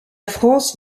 france